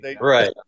Right